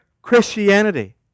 Christianity